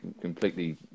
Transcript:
completely